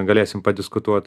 galėsim padiskutuot